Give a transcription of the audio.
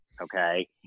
okay